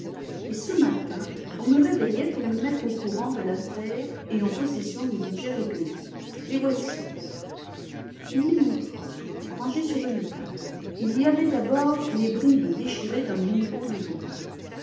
et ce matin on me réveillait pour me mettre au courant de l'affaire et en possession des objets recueillis les voici il les montra rangés sur une table il y avait d'abord les bribes déchirées d'un numéro de journal